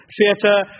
Theatre